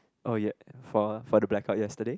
oh yeah for for the blackout yesterday